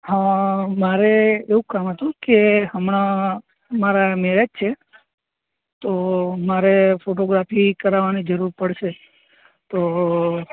હં મારે એવું કામ હતું કે હમણાં મારા મેરેજ છે તો મારે ફોટોગ્રાફી કરાવવાની જરૂર પડશે તો